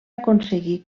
aconseguí